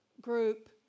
group